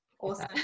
Awesome